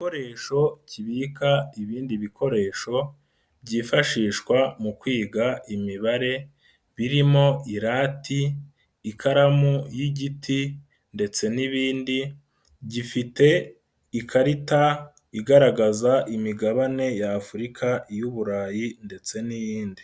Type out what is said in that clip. Igikoresho kibika ibindi bikoresho byifashishwa mu kwiga imibare, birimo irati, ikaramu y'igiti ndetse n'ibindi, gifite Ikarita igaragaza Imigabane ya Afurika y'Uburayi ndetse n'iyindi.